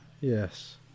Yes